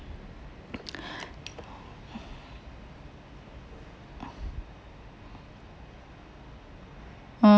mm